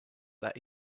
that